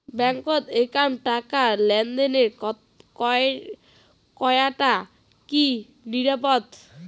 Bank একাউন্টত টাকা লেনদেন করাটা কি নিরাপদ?